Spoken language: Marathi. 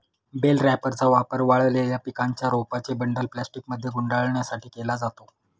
बेल रॅपरचा वापर वाळलेल्या पिकांच्या रोपांचे बंडल प्लास्टिकमध्ये गुंडाळण्यासाठी केला जातो